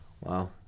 Wow